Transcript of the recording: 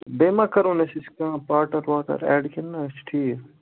بیٚیہِ ما کَرون أسۍ أسۍ کانٛہہ پاٹنر واٹنر اٮ۪ڈ کِنہٕ نہ أسۍ چھِ ٹھیٖک